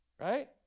Right